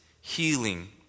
healing